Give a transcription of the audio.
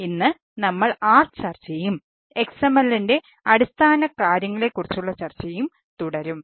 അതിനാൽ ഇന്ന് നമ്മൾ ആ ചർച്ചയും XML ന്റെ അടിസ്ഥാനകാര്യങ്ങളെക്കുറിച്ചുള്ള ചർച്ചയും തുടരും